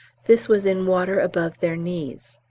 this was in water above their knees.